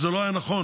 זה לא היה נכון.